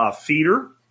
feeder